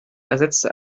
ersetzte